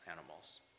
animals